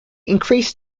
increased